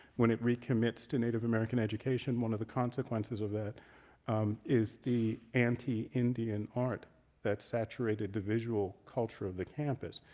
when it commits to native american education, one of the consequences of that is the anti-indian art that saturated the visual culture of the campus.